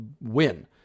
win